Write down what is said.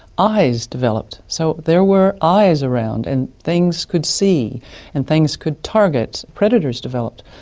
eyes developed. so there were eyes around and things could see and things could target, predators developed.